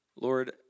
Lord